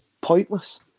pointless